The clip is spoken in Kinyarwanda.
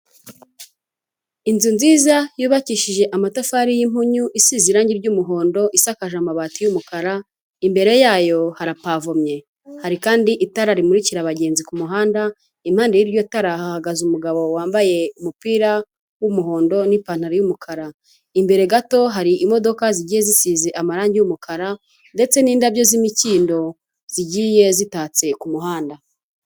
Inzu nziza yubakishije amatafari y'impunyu, isize irangi r'umuhondo isakaje amabati y'umukara, imbere yayo harapavomye. Hari kandi itara rimurikira abagenzi ku muhanda, impande y'iryo tara hahagaze umugabo wambaye umupira w'umuhondo n'ipantaro y'umukara. Imbere gato hari imodoka zigiye zisize amarangi y'umukara ndetse n'indabyo z'imikindo zigiye zitatse ku muhanda.